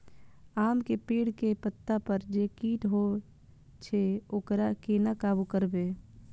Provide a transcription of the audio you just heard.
आम के पेड़ के पत्ता पर जे कीट होय छे वकरा केना काबू करबे?